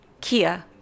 kia